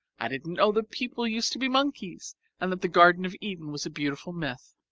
i didn't know that people used to be monkeys and that the garden of eden was a beautiful myth.